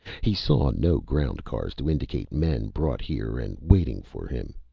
he saw no ground cars to indicate men brought here and waiting for him.